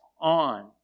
on